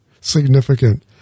Significant